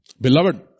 Beloved